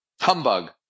humbug